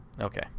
Okay